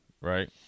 right